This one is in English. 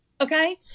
Okay